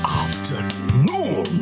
afternoon